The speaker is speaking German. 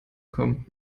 kommen